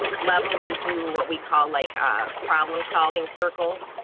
level. we do what we call like a problem solving circles.